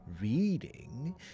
reading